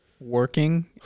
working